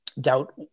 doubt